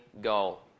goal